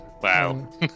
Wow